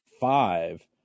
five